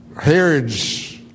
Herod's